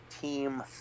Team